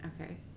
Okay